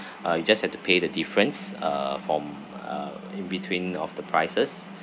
uh you just have to pay the difference uh from uh in between of the prices